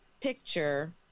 picture